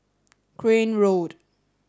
Crane Road